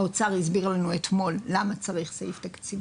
האוצר הסביר לנו אתמול למה צריך סעיף תקציבי.